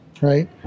right